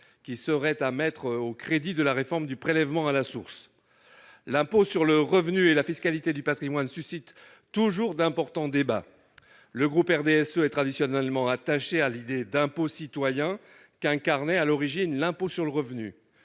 qui seraient à mettre au crédit de la réforme du prélèvement à la source. L'impôt sur le revenu et la fiscalité du patrimoine suscitent toujours d'importants débats. Les élus du RDSE sont traditionnellement attachés à l'idée d'impôt citoyen qu'incarnait à l'origine l'impôt sur le revenu.